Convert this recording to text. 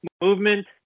movement